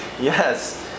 Yes